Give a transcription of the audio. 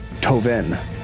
Tovin